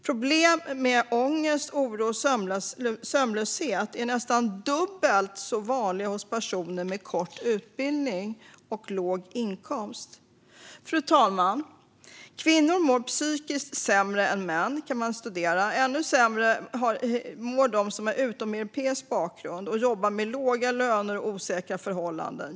Problem som ångest, oro och sömnlöshet är nästan dubbelt så vanliga hos personer med kort utbildning och låg inkomst. Fru talman! Kvinnor mår psykiskt sämre än män. Ännu sämre mår de som har utomeuropeisk bakgrund och jobbar med låga löner och osäkra förhållanden.